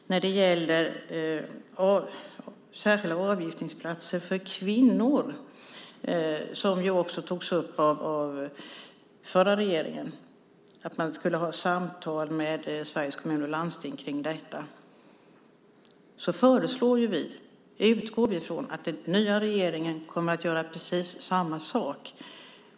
När det gäller särskilda avgiftningsplatser för kvinnor tog den förra regeringen upp att man skulle ha samtal med Sveriges Kommuner och Landsting kring detta, och vi utgår från att den nya regeringen kommer att göra precis samma sak.